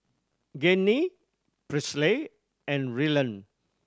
Gianni Presley and Ryland